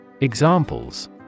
Examples